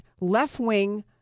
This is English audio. left-wing